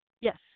Yes